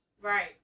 Right